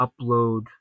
upload